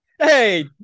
Hey